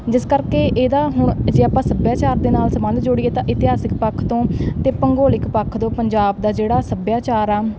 ਜਿਸ ਕਰਕੇ ਇਹਦਾ ਹੁਣ ਜੇ ਆਪਾਂ ਸੱਭਿਆਚਾਰ ਦੇ ਨਾਲ ਸੰਬੰਧ ਜੋੜੀਏ ਤਾਂ ਇਤਿਹਾਸਿਕ ਪੱਖ ਤੋਂ ਅਤੇ ਭੂੰਗੋਲਿਕ ਪੱਖ ਤੋਂ ਪੰਜਾਬ ਦਾ ਜਿਹੜਾ ਸੱਭਿਆਚਾਰ ਆ